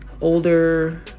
Older